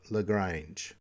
Lagrange